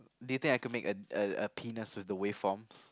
do you think I could make a a a penis with the waveforms